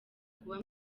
kuba